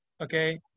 okay